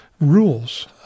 rules